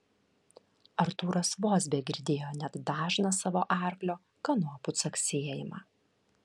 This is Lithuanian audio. artūras vos begirdėjo net dažną savo arklio kanopų caksėjimą